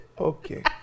Okay